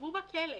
שישבו בכלא.